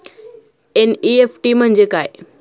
NEFT म्हणजे काय?